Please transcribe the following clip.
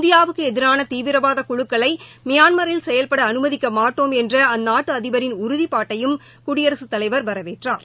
இந்தியாவுக்கு எதிரான தீவிரவாத குழுக்களை மியான்மரில் செயல்பட அனுமதிக்கமாட்டோம் என்ற அந்நாட்டு அதிபரின் உறுதிப்பாட்டையும் குடியரசுத் தலைவர் வரவேற்றார்